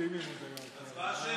הצבעה שמית.